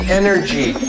energy